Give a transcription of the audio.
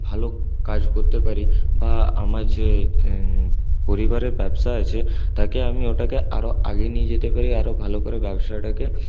ভালো কাজ করতে পারি বা আমার যে পরিবারের ব্যবসা আছে তাকে আমি ওটাকে আরও আগিয়ে নিয়ে যেতে পারি আরও ভালো করে ব্যবসাটাকে